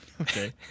Okay